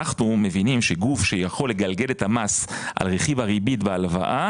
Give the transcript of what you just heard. אנחנו מבינים שגוף שיכול לגלגל את המס על רכיב הריבית והלוואה,